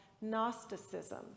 Gnosticism